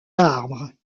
arbres